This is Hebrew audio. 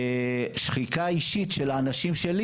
ושחיקה אישית של האנשים שלי,